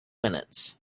minutes